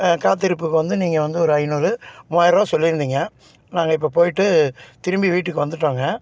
காத்திருப்புக்கு வந்து நீங்கள் வந்து ஒரு ஐந்நூறு மூவாயிரரூவா சொல்லியிருந்தீங்க நாங்கள் இப்போ போயிட்டு திரும்பி வீட்டுக்கு வந்துவிட்டோங்க